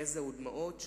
יזע ודמעות,